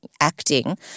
acting